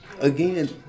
again